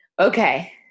Okay